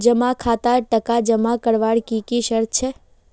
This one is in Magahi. जमा खातात टका जमा करवार की की शर्त छे?